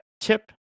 tip